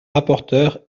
rapporteur